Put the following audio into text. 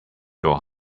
your